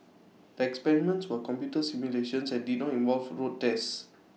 the experiments were computer simulations and did not involve road tests